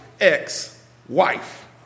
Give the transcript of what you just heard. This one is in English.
ex-wife